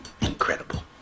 Incredible